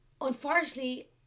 unfortunately